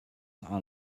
are